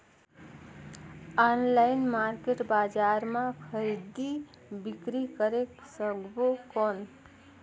Online market बजार मां खरीदी बीकरी करे सकबो कौन?